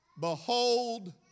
Behold